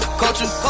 culture